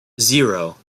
zero